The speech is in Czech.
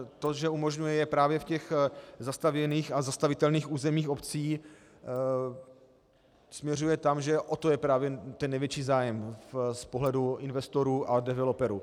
To, že umožňuje, je právě v těch zastavěných a zastavitelných územích obcí, směřuje tam, že o to je právě ten největší zájem z pohledu investorů a developerů.